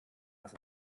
ass